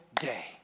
day